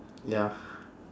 ya